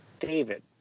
David